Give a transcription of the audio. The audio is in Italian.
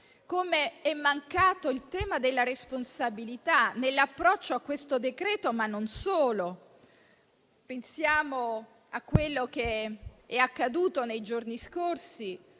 come sia mancato il tema della responsabilità nell'approccio a questo decreto-legge, ma non solo. Pensiamo a quello che è accaduto nei giorni scorsi